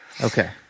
Okay